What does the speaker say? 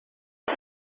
you